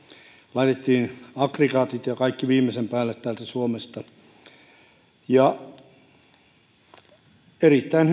laitettiin aggregaatit ja kaikki viimeisen päälle täältä suomesta erittäin